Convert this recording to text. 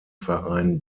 verein